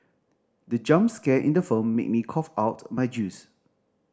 the jump scare in the film made me cough out my juice